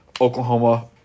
Oklahoma